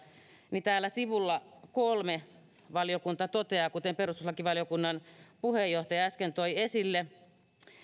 niin täällä sivulla kolme valiokunta toteaa kuten perustuslakivaliokunnan puheenjohtaja äsken toi esille